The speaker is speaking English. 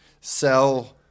sell